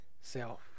self